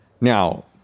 Now